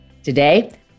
Today